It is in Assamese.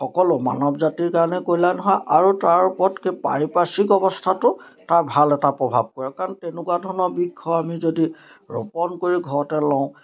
সকলো মানৱ জাতিৰ কাৰণে কল্যাণ হয় আৰু তাৰ ওপৰতকে পাৰিপাৰ্শ্বিক অৱস্থাটোত তাৰ ভাল এটা প্ৰভাৱ পৰে কাৰণ তেনেকুৱা ধৰণৰ বৃক্ষ আমি যদি ৰোপণ কৰি ঘৰতে লওঁ